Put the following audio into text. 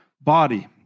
body